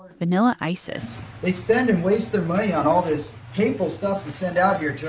vanilla isis they spend and waste their money on all this hateful stuff to send out here to